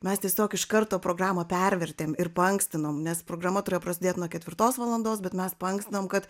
mes tiesiog iš karto programą pervertėm ir paankstinom nes programa turėjo prasidėt nuo ketvirtos valandos bet mes paankstinom kad